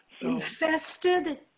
infested